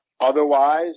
Otherwise